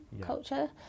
culture